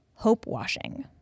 hopewashing